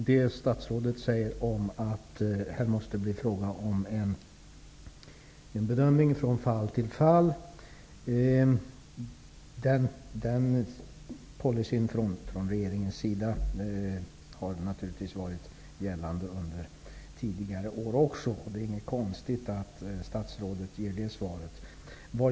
Herr talman! Statsrådet säger att det här måste bli fråga om en bedömning från fall till fall. Den policyn från regeringens sida har naturligtvis varit gällande under tidigare år också. Det är inte konstigt att statsrådet ger det svaret.